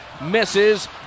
misses